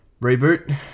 Reboot